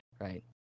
right